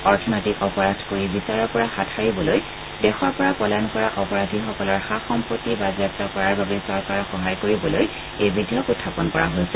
অৰ্থনৈতিক অপৰাধ কৰি বিচাৰৰ পৰা হাত সাৰিবলৈ দেশৰ পৰা পলায়ন কৰা অপৰাধীসকলৰ সা সম্পত্তি জন্দ কৰাৰ বাবে চৰকাৰক সহায় কৰিবলৈ এই বিধেয়ক উখাপন কৰা হৈছে